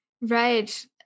Right